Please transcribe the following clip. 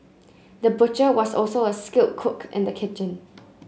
the butcher was also a skilled cook in the kitchen